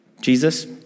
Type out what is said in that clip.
Jesus